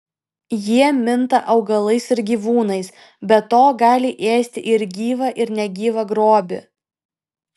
jie minta augalais ir gyvūnais be to gali ėsti ir gyvą ir negyvą grobį